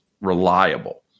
reliable